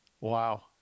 Wow